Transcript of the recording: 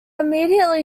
immediately